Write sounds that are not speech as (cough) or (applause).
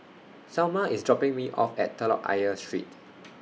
Salma IS dropping Me off At Telok Ayer Street (noise)